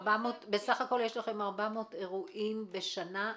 בסך הכול יש לכם 400 אירועים ב-2018?